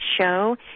show